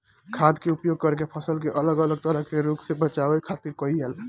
खाद्य के उपयोग करके फसल के अलग अलग तरह के रोग से बचावे खातिर कईल जाला